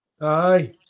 Aye